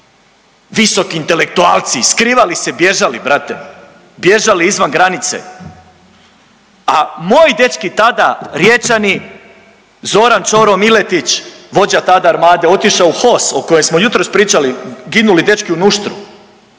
Visoki intelektualci, skrivali se i bježali, brate. Bježali izvan granice. A moji dečki tada, Riječani, Zoran Ćoro Miletić, vođa tada Armade, otišao u HOS, o kojem smo jutros pričali, ginuli dečki u Nuštru,